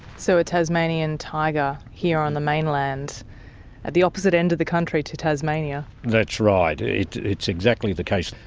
so a tasmanian tiger here on the mainland at the opposite end of the country to tasmania? that's right, it's exactly the case.